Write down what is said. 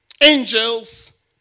angels